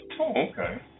okay